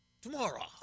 tomorrow